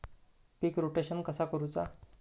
पीक rotation कसा करूचा?